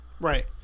Right